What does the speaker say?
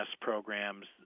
programs